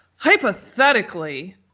Hypothetically